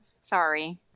Sorry